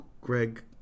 Greg